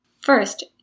First